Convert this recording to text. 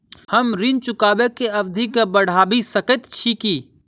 हम ऋण चुकाबै केँ अवधि केँ बढ़ाबी सकैत छी की?